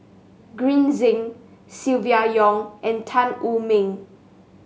Green Zeng Silvia Yong and Tan Wu Meng